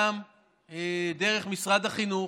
גם דרך משרד החינוך,